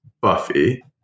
Buffy